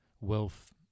wealth